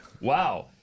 wow